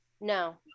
No